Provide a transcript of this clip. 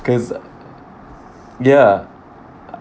cause ya